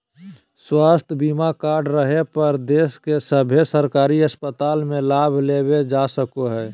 स्वास्थ्य बीमा कार्ड रहे पर देश के सभे सरकारी अस्पताल मे लाभ लेबल जा सको हय